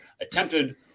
attempted